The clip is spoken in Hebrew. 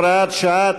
הוראת שעה),